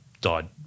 died